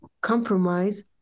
compromise